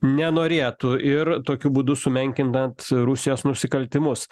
nenorėtų ir tokiu būdu sumenkinant rusijos nusikaltimus